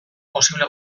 posible